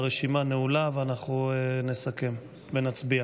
הרשימה נעולה, ואנחנו נסכם ונצביע.